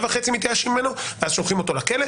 וחצי מתייאשים ממנו ואז שולחים אותו לכל,